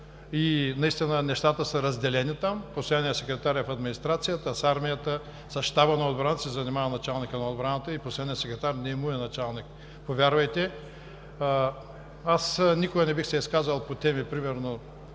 Наистина нещата са разделени там, постоянният секретар е в администрацията, а с Щаба на отбраната се занимава началникът на отбраната и постоянният секретар не му е началник, повярвайте. Аз никога не бих се изказал по теми, примерно,